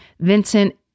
Vincent